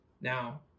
Now